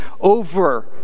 over